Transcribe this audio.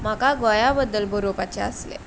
म्हाका गोंया बद्दल बरोवपाचें आसलें